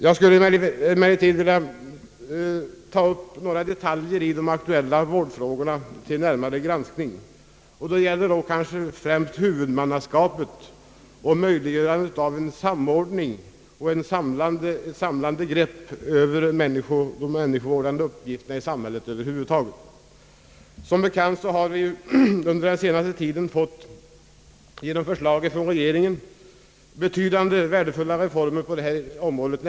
Jag skulle emellertid vilja ta upp några detaljer i de aktuella vårdfrågorna till närmare granskning. Det gäller kanske främst huvudmannaskapet och möjliggörandet av en samordning och ett samlande grepp över de människovårdande uppgifterna i samhället över huvud taget. Som bekant har vi den scenaste tiden genom förslag från regeringen fått betydande och värdefulla reformer på detta område.